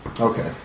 Okay